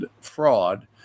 fraud